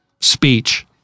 speech